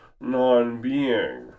non-being